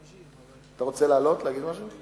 אתה רוצה לעלות להגיד משהו?